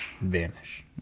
vanish